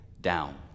down